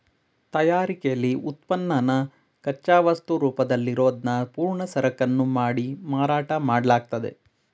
ತಯಾರಿಕೆಲಿ ಉತ್ಪನ್ನನ ಕಚ್ಚಾವಸ್ತು ರೂಪದಲ್ಲಿರೋದ್ನ ಪೂರ್ಣ ಸರಕನ್ನು ಮಾಡಿ ಮಾರಾಟ ಮಾಡ್ಲಾಗ್ತದೆ